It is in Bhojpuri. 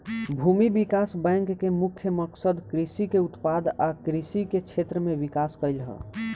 भूमि विकास बैंक के मुख्य मकसद कृषि के उत्पादन आ कृषि के क्षेत्र में विकास कइल ह